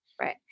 right